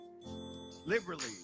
liberally